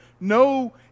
no